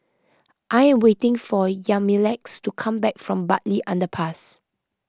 I am waiting for Yamilex to come back from Bartley Underpass